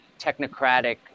technocratic